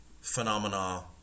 phenomena